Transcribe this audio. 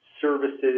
services